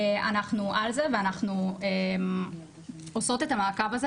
אנחנו על זה ואנחנו עושות את המעקב הזה